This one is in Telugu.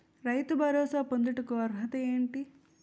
రైతు భరోసా పొందుటకు అర్హత ఏంటి?